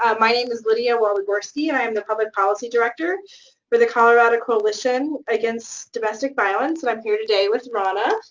ah my name is lydia waligorski. and i am the public policy director for the colorado coalition against domestic violence, and i'm here today with raana.